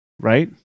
right